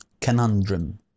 Conundrum